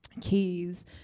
keys